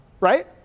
Right